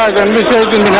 the golden